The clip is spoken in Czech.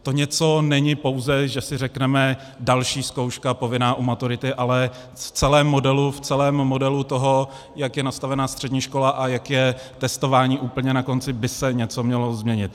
To něco není pouze, že si řekneme další zkouška, povinná u maturity, ale v celém modelu toho, jak je nastavena střední škola a jak je testování úplně na konci, by se něco mělo změnit.